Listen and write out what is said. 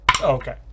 Okay